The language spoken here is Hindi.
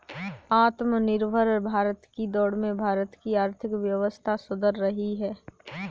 आत्मनिर्भर भारत की दौड़ में भारत की आर्थिक व्यवस्था सुधर रही है